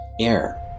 air